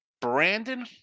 Brandon